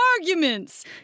arguments